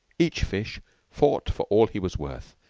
each fish fought for all he was worth,